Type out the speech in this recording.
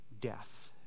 death